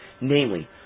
Namely